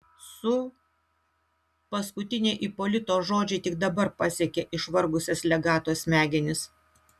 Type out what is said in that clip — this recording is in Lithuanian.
su paskutiniai ipolito žodžiai tik dabar pasiekė išvargusias legato smegenis